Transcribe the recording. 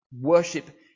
Worship